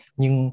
nhưng